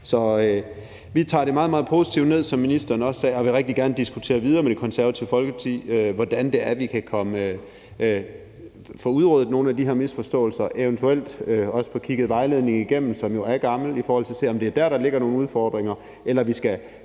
Så vi tager det meget, meget positivt ned, som ministeren også sagde, og vil rigtig gerne diskutere videre med Det Konservative Folkeparti, hvordan vi kan få udryddet nogle af de her misforståelser og eventuelt også få kigget vejledningen, som jo er gammel, igennem og se på, om det er der, der ligger nogle udfordringer, eller om vi skal